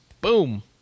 Boom